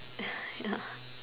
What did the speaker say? ya ya